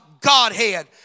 Godhead